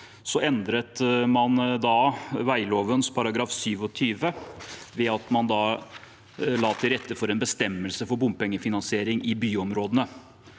endret man vegloven § 27 ved å legge til rette for en bestemmelse om bompengefinansiering i byområdene.